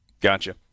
Gotcha